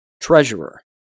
treasurer